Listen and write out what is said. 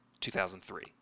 2003